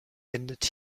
endet